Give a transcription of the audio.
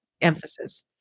emphasis